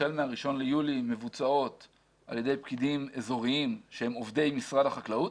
החל מה-1 ביולי מבוצעות על ידי פקידים אזוריים שהם עובדי משרד החקלאות,